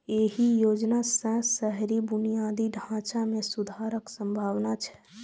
एहि योजना सं शहरी बुनियादी ढांचा मे सुधारक संभावना छै